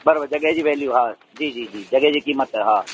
बराबरि जॻहि जी वैल्यू हा जी जी जी जॻहि जी क़ीमत आहे हा